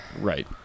right